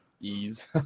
Ease